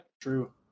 true